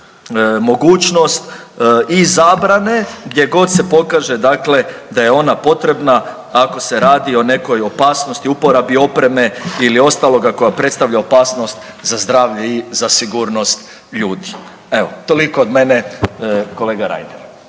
mogućnost i zabrane gdje god se pokaže dakle da je ona potrebna ako se radi o nekoj opasnosti, uporabi opreme ili ostaloga koja predstavlja opasnost za zdravlje i za sigurnost ljudi. Evo toliko od mene kolega Reiner.